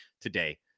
today